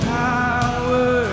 power